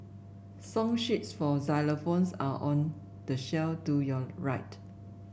song sheets for xylophones are on the shelf to your right